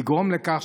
לגרום לכך,